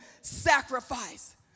sacrifice